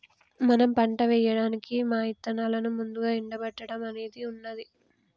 మనం పంట ఏయడానికి మా ఇత్తనాలను ముందుగా ఎండబెట్టడం అనేది ఉన్నది